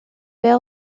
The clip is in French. bell